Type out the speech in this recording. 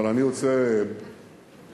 אבל אני רוצה לומר,